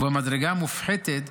ובמדרגה המופחתת,